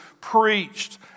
preached